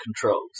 controls